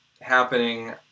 happening